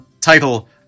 title